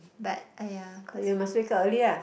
but !aiya! cause